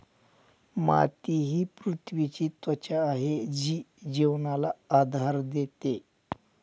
माती ही पृथ्वीची त्वचा आहे जी जीवनाला आधार देते